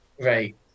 Right